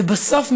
ובסוף,